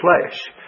flesh